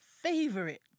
favorite